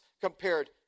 compared